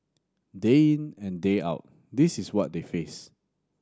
day in and day out this is what they face